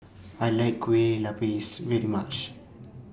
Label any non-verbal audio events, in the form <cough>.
<noise> I like Kueh Lupis very much <noise>